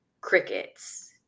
Crickets